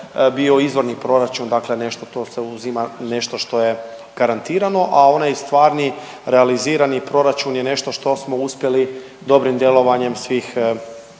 bio izvorni proračun, dakle nešto to se uzima nešto što je garantirano, a onaj stvarni realizirani proračun je nešto što smo uspjeli dobrim djelovanjem svih